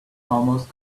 almost